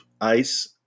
ice